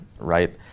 right